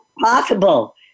possible